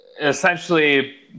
essentially